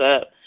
up